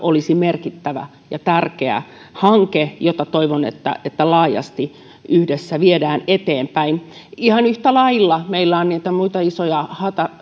olisi merkittävä ja tärkeä hanke ja toivon että sitä laajasti yhdessä viedään eteenpäin ihan yhtä lailla meillä on niitä muita isoja